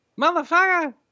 Motherfucker